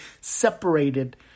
separated